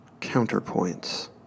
counterpoints